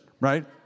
right